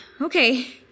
okay